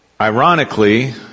Ironically